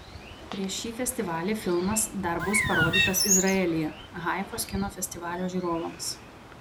prieš šį festivalį filmas dar bus parodytas izraelyje haifos kino festivalio žiūrovams